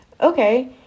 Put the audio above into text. Okay